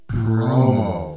promo